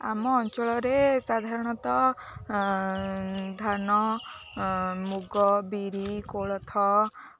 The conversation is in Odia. ଆମ ଅଞ୍ଚଳରେ ସାଧାରଣତଃ ଧାନ ମୁଗ ବିରି କୋଳଥ